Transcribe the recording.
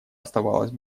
оставалось